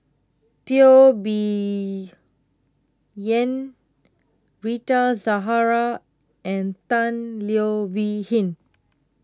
Teo Bee Yen Rita Zahara and Tan Leo Wee Hin